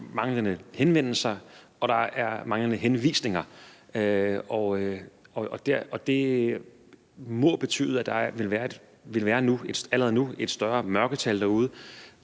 manglende henvendelser og der er manglende henvisninger, og det må betyde, at der allerede nu vil være et større mørketal derude,